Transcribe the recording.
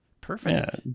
perfect